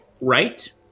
right